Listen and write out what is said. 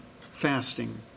fasting